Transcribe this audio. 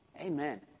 Amen